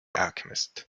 alchemist